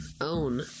own